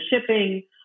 shipping